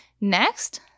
next